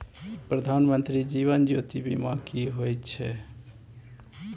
प्रधानमंत्री जीवन ज्योती बीमा की होय छै?